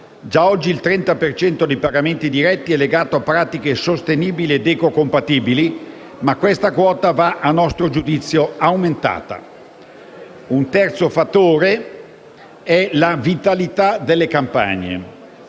Già oggi il 30 per cento dei pagamenti diretti è legato a pratiche sostenibili ed ecocompatibili, ma questa quota va, a nostro giudizio, aumentata. Il terzo fattore è la vitalità delle campagne.